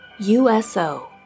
USO